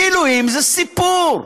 מילואים זה סיפור,